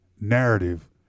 narrative